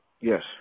yes